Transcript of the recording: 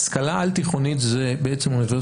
השכלה על תיכונית זה אוניברסיטה?